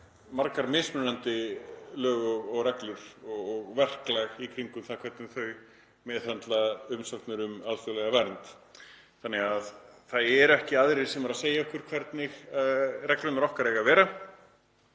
með mismunandi lög og reglur og verklag í kringum það hvernig þau meðhöndla umsóknir um alþjóðlega vernd. Það eru því ekki aðrir sem eru að segja okkur hvernig reglurnar okkar eiga að vera,